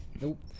Nope